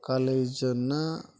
ಕಾಲೇಜನ್ನು